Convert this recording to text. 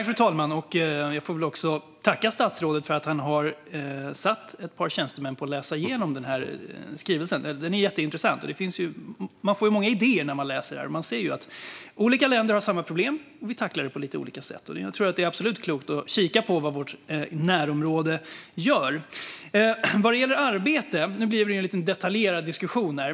Fru talman! Jag tackar statsrådet för att han har satt ett par tjänstemän att läsa igenom denna skrivelse. Den är jätteintressant. Man får många idéer när man läser den. Man ser att olika länder har samma problem och tacklar det på lite olika sätt. Jag tror att det är klokt att kika på vad som görs i vårt närområde. När det gäller arbete blev det en lite detaljerad diskussion.